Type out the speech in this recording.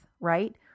right